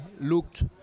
looked